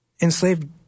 enslaved